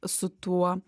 su tuo